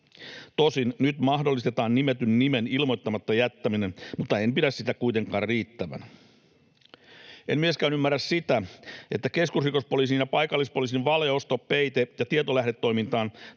Tosin nyt mahdollistetaan nimetyn nimen ilmoittamatta jättäminen, mutta en pidä sitä kuitenkaan riittävänä. En myöskään ymmärrä sitä, että keskusrikospoliisin ja paikallispoliisin valeosto-, peite- ja tietolähdetoimintaan